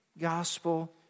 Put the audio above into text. gospel